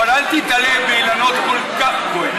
אבל אל תיתלה באילנות כל כך גבוהים.